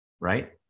right